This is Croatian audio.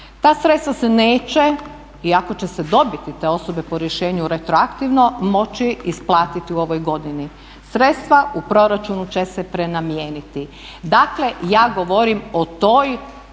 Ta sredstava se neće i ako će se dobiti, te osobe po rješenju retroaktivno moći isplatiti u ovoj godini. Sredstva u proračunu će se prenamijeniti. Dakle ja govorim o toj,